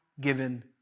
given